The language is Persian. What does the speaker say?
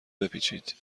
بپیچید